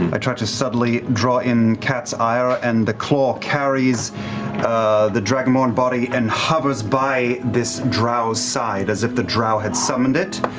i try to subtly draw in cat's ire and the claw carries the dragonborn body and hovers by this drow's side as if the drow had summoned it,